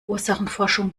ursachenforschung